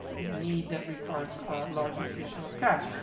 need that requires a large infusion of cash,